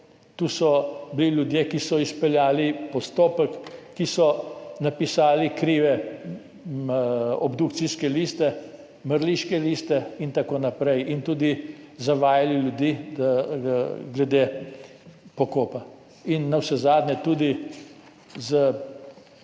tu so bili ljudje, ki so izpeljali postopek, ki so napisali krive obdukcijske liste, mrliške liste in tako naprej in tudi zavajali ljudi glede pokopa in navsezadnje tudi z